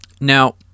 Now